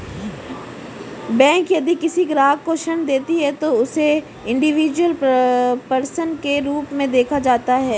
bank यदि किसी ग्राहक को ऋण देती है तो उसे इंडिविजुअल पर्सन के रूप में देखा जाता है